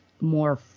more